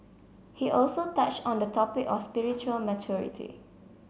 he also touched on the topic of spiritual maturity